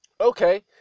Okay